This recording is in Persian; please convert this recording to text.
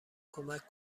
کمک